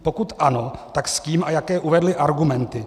Pokud ano, tak s kým a jaké uvedli argumenty?